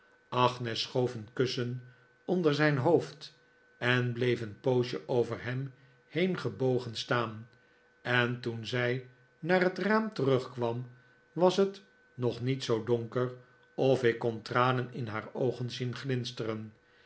agnes schoof een kussen onder zijn hoofd en bleef een poosje over hem heen gebogen staan en toen zij naar het raam terugkwam was het nog niet zoo donker of ik kon tranen in haar oogen zien glinsteren